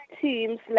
teams